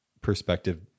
perspective